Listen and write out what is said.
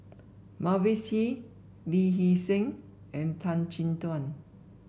Mavis Hee Lee Hee Seng and Tan Chin Tuan